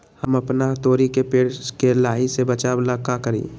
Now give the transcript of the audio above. हम अपना तोरी के पेड़ के लाही से बचाव ला का करी?